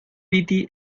piti